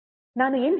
ನಾನು ಏನು ಹೇಳಿದೆ